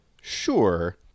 Sure